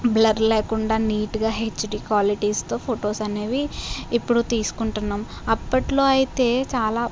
blur లేకుండా నీట్గా HD క్వాలిటీస్తో ఫొటోస్ అనేవి ఇప్పుడు తీసుకుంటున్నాం అప్పట్లో అయితే చాలా